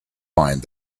mind